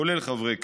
כולל חברי כנסת,